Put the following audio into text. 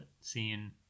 seeing